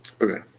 Okay